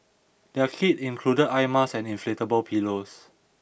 their kit included eye masks and inflatable pillows